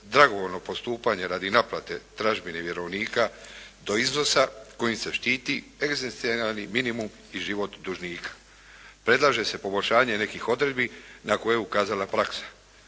dragovoljno postupanje radi naplate tražbine vjerovnika do iznosa kojim se štiti egzistencijalni minimum i život dužnika. Predlaže se poboljšanje nekih odredbi na koje je ukazala praksa.